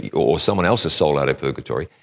or someone else's soul out of purgatory.